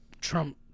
Trump